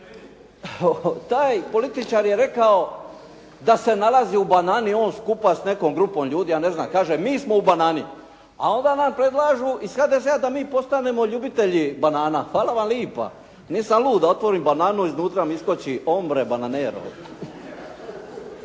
taj političar je rekao da se nalazi u banani on skupa s nekom grupom ljudi. Ja ne zadam, kaže mi smo u banani. A onda nam predlažu iz HDZ-a da mi postanemo ljubitelji banana. Hvala vam lipa. Nisam lud da otvorim bananu i iznutra mi iskoči hombre bananero.